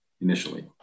initially